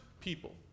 people